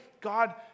God